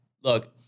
Look